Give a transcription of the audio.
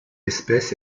espèce